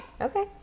Okay